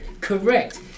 Correct